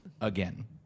again